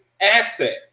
asset